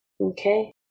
Okay